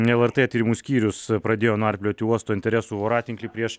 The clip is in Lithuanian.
lrt tyrimų skyrius pradėjo narplioti uosto interesų voratinklį prieš